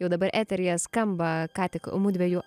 jau dabar eteryje skamba ką tik mudviejų